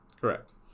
Correct